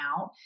out